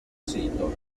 sito